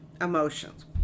emotions